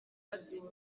ati